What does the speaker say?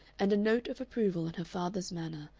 and a note of approval in her father's manner,